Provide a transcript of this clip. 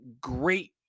great